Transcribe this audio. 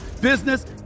business